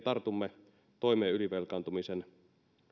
tartumme toimeen ylivelkaantumisen